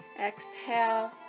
Exhale